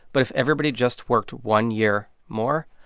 but if everybody just worked one year more,